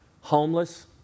homeless